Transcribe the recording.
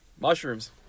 Mushrooms